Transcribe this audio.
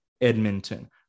Edmonton